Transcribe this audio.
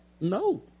No